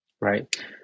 right